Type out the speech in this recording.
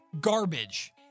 garbage